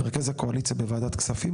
מרכז הקואליציה בוועדת כספים,